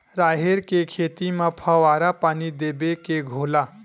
राहेर के खेती म फवारा पानी देबो के घोला?